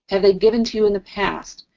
and they given to you in the past?